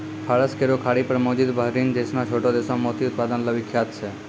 फारस केरो खाड़ी पर मौजूद बहरीन जैसनो छोटो देश मोती उत्पादन ल विख्यात छै